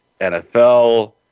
NFL